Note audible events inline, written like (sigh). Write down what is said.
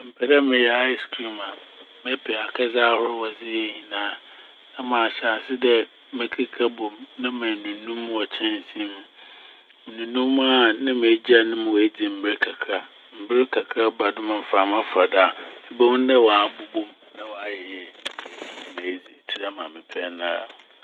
(noise) Mepɛ dɛ meyɛ "ice cream" a mɛpɛ akɛdze ahorow wɔdze yɛ nyinaa na mahyɛ ase dɛ mekeka bɔ m' na menunu m' wɔ kyɛnse m'. Mununu m' aa na megyɛe no ma oedzi mber kakra. Mber kakra ba do ma mframa fa do a ibohu dɛ ɔabobɔ m' na ɔayɛ yie (noise) na medzi tse dɛ ma mepɛ naa.